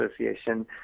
Association